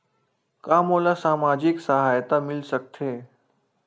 का मोला सामाजिक सहायता मिल सकथे?